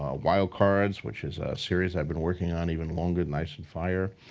ah wild cards, which is a series i've been working on even longer than ice and fire.